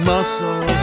Muscle